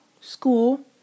school